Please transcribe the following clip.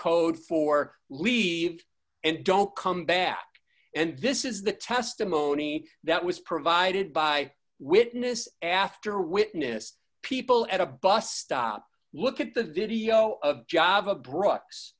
code for leave and don't come back and this is the testimony that was provided by witness after witness people at a bus stop look at the video of java bro